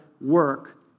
work